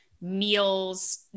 meals